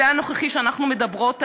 זה הנוכחי שאנחנו מדברות עליו,